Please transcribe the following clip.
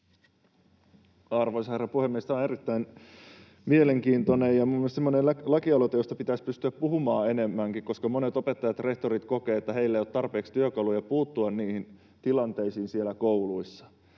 Arvoisa herra puhemies! Tämä on erittäin mielenkiintoinen ja mielestäni semmoinen lakialoite, josta pitäisi pystyä puhumaan enemmänkin, koska monet opettajat ja rehtorit kokevat, että heillä ei ole tarpeeksi työkaluja puuttua niihin tilanteisiin kouluissa.